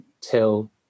till